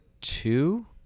Two